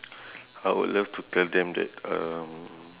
I would love to tell them that um